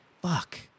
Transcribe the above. Fuck